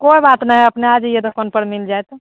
कोइ बात नहि अपने आ जैयौ दोकान पर मिल जाएत